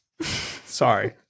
Sorry